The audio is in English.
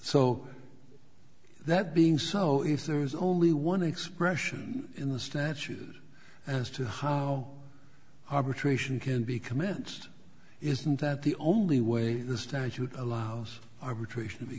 so that being so if there is only one expression in the statues as to how arbitration can be commenced isn't that the only way the statute allows arbitration